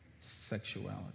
sexuality